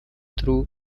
through